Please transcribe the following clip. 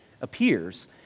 appears